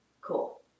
cool